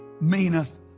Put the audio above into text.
meaneth